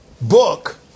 Book